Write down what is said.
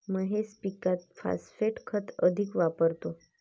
महेश पीकात फॉस्फेट खत अधिक वापरतो